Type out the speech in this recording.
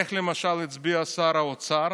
איך למשל הצביע שר האוצר